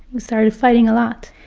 we started fighting a lot.